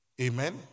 Amen